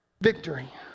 victory